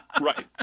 Right